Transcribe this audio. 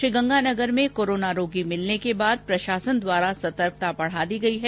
श्रीगंगानगर में कोरोना रोगी मिलने के बाद प्रशासन द्वारा सतर्कता बढा दी गई है